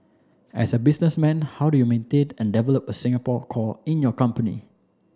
as a businessman how do you maintained and develop a Singapore core in your company